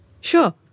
Sure